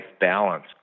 balance